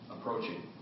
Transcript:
approaching